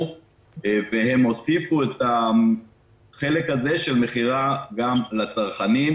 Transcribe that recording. והן הוסיפו את החלק הזה של מכירה גם לצרכנים,